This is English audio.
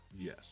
yes